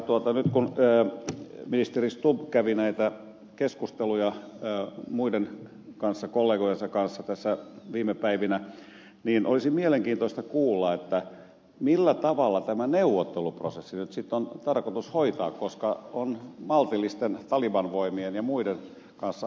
nyt kun ministeri stubb kävi näitä keskusteluja muiden kollegojensa kanssa tässä viime päivinä niin olisi mielenkiintoista kuulla millä tavalla tämä neuvotteluprosessi nyt sitten on tarkoitus hoitaa koska on maltillisten taliban voimien ja muiden kanssa aloitettava neuvottelut